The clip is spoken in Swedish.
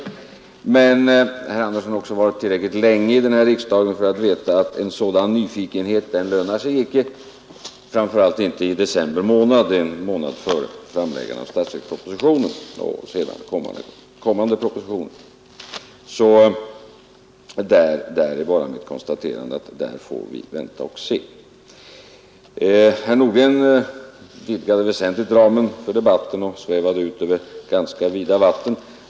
Men herr Andersson har också varit tillräckligt länge i riksdagen för att veta att en sådan nyfikenhet inte lönar sig, framför allt inte i december månad, en månad före framläggandet av statsverkspropositionen. Där är det bara att konstatera att herr Andersson får vänta och se. Herr Nordgren vidgade väsentligt ramen för debatten och svävade ut över ganska vida vatten.